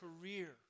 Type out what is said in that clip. career